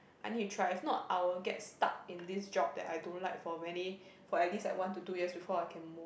I need to try if not I will get stuck in this job that I don't like for many for at least like one to two years before I can move